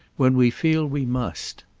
when we feel we must.